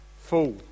full